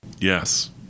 Yes